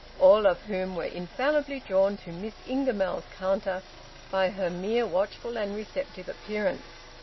all of whom were infallibly drawn to miss ingamells's counter by her mere watchful and receptive appearance.